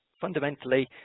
fundamentally